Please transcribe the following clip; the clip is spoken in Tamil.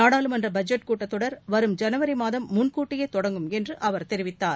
நாடாளுமன்ற பட்ஜெட் கூட்டத்தொடர் வரும் ஜனவரி மாதம் முன்கூட்டியே தொடங்கும் என்று அவர் தெரிவித்தார்